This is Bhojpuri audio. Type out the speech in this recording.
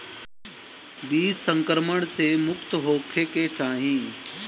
बीज संक्रमण से मुक्त होखे के चाही